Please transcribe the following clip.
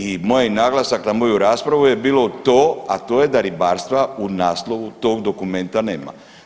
I moj naglasak na moju raspravu je bilo to, a to je da ribarstva u naslovu tog dokumenta nema.